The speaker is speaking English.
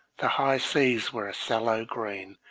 the high seas were a sallow green,